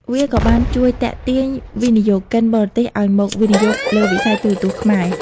វាក៏បានជួយទាក់ទាញវិនិយោគិនបរទេសឱ្យមកវិនិយោគលើវិស័យទូរទស្សន៍ខ្មែរ។